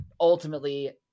ultimately